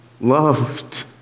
loved